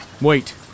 Wait